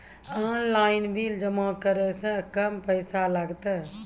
Online bill जमा करै से कम पैसा लागतै?